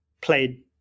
played